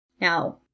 Now